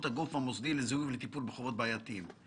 הגוף המוסדי לזיהוי ולטיפול בחובות בעייתיים".